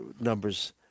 numbers